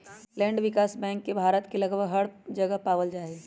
land विकास bank के भारत के लगभग हर जगह पावल जा हई